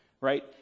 right